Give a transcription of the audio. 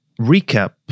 recap